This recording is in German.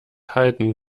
halten